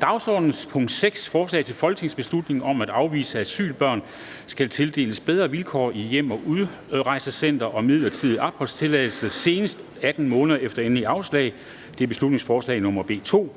Dagsordenens punkt 6, forslag til folketingsbeslutning om, at afviste asylbørn skal tildeles bedre vilkår i hjem- og udrejsecentre og midlertidig opholdstilladelse senest 18 måneder efter endelig afslag, beslutningsforslag nr. B 2,